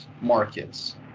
markets